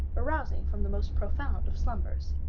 arousing from the most profound of slumbers,